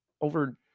over